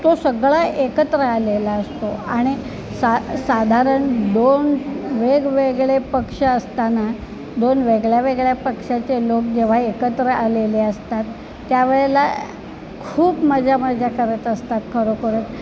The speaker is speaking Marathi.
तो सगळा एकत्र आलेला असतो आणि सा साधारण दोन वेगवेगळे पक्ष असताना दोन वेगळ्या वेगळ्या पक्षाचे लोक जेव्हा एकत्र आलेले असतात त्या वेळेला खूप मजा मजा करत असतात खरोखर